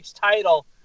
title